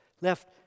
Left